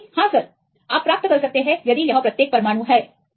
विद्यार्थी हां सर आप प्राप्त कर सकते हैं यदि यह प्रत्येक परमाणु है